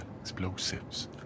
explosives